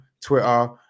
Twitter